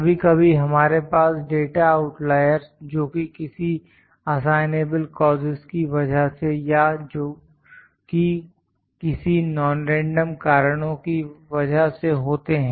कभी कभी हमारे पास डाटा आउटलायरस् जोकि किसी असाइनेबल कॉसेस की वजह से या जोकि किसी नॉनरैंडम कारणों की वजह से होते हैं